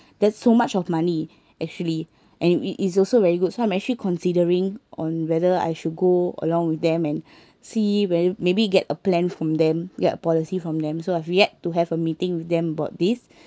that's so much of money actually and it is also very good so I'm actually considering on whether I should go along with them and see where maybe get a plan from them get a policy from them so I've yet to have a meeting with them about this